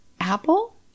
apple